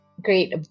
Great